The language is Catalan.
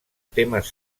temes